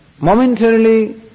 momentarily